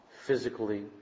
physically